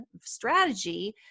strategy